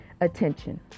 Attention